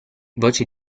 voce